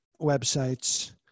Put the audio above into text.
websites